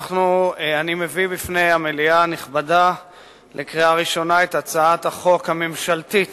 אני מביא בפני המליאה הנכבדה לקריאה ראשונה את הצעת החוק הממשלתית